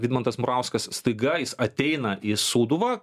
vidmantas murauskas staiga jis ateina į sūduvą